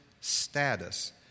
status